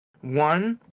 One